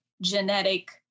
genetic